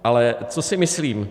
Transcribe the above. Ale co si myslím?